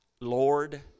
Lord